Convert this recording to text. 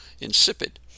insipid